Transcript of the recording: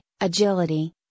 agility